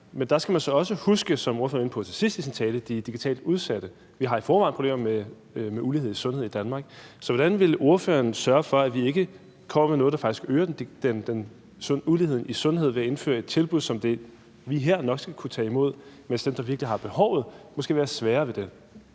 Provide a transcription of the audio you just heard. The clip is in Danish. Men der skal man så også huske, som ordføreren var inde på til sidst i sin tale, de digitalt udsatte. Vi har i forvejen problemer med ulighed i sundhed i Danmark. Så hvordan vil ordføreren sørge for, at vi ikke kommer med noget, der faktisk øger uligheden i sundhed ved at indføre et tilbud, som vi her nok skal kunne tage imod, mens dem, der virkelig har behovet, måske vil have sværere ved det?